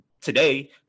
today